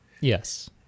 Yes